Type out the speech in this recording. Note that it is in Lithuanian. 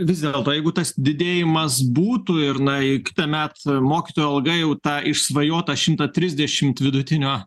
vis dėlto jeigu tas didėjimas būtų ir na jei kitąmet mokytojo alga jau tą išsvajotą šimtą trisdešimt vidutinio